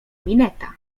mineta